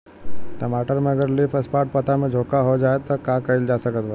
टमाटर में अगर लीफ स्पॉट पता में झोंका हो जाएँ त का कइल जा सकत बा?